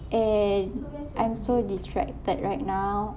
and I'm so distracted right now